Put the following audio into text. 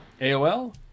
AOL